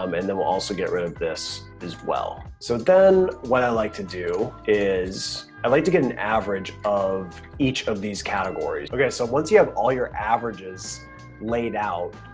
um and then we'll also get rid of this as well. so then what i like to do is i like to get an average of each of these categories. okay, so once you have all your averages laid out,